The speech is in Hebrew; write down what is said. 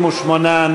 58,